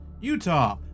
Utah